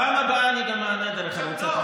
לכולם, כי מגיע לכולם.